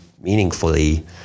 meaningfully